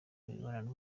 imibonano